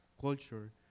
culture